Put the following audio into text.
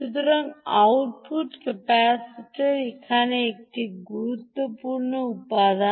সুতরাং output capacitor এখানে একটি গুরুত্বপূর্ণ উপাদান